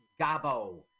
Gabo